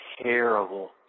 terrible